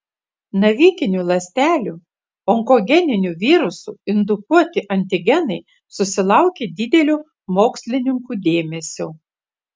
navikinių ląstelių onkogeninių virusų indukuoti antigenai susilaukė didelio mokslininkų dėmesio